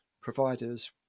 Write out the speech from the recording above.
providers